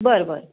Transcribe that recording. बरं बरं